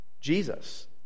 Jesus